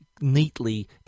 neatly